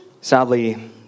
Sadly